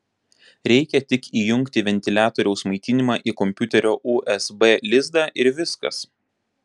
reikia tik įjungti ventiliatoriaus maitinimą į kompiuterio usb lizdą ir viskas